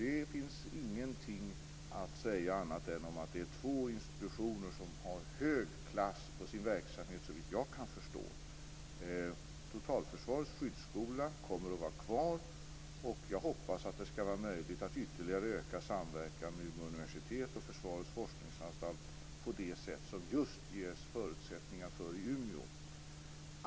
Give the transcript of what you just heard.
Det finns ingenting annat att säga än att det är två institutioner som har hög klass på sin verksamhet, såvitt jag kan förstå. Totalförsvarets skyddsskola kommer att vara kvar, och jag hoppas att det skall vara möjligt att ytterligare öka samverkan med Umeå universitet och Försvarets forskningsanstalt på det sätt som det ges förutsättningar för just i Umeå.